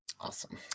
Awesome